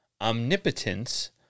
omnipotence